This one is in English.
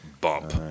bump